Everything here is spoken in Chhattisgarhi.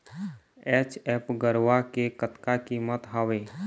एच.एफ गरवा के कतका कीमत हवए?